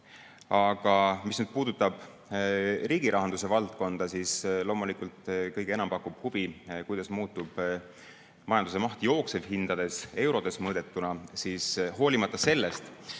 Aga mis puudutab riigirahanduse valdkonda, siis loomulikult kõige enam pakub huvi, kuidas muutub majanduse maht jooksevhindades, eurodes mõõdetuna. Hoolimata sellest,